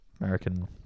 American